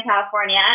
California